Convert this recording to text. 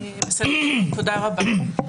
תודה רבה.